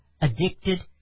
addicted